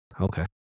Okay